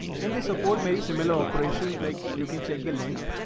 and they support many similar operations like you can check the length.